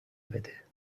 بده